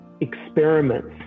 experiments